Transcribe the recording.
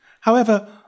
However